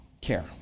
care